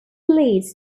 leads